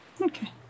Okay